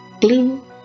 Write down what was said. blue